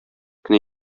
кенә